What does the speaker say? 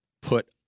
put